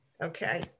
Okay